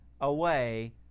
away